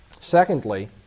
Secondly